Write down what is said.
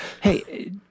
hey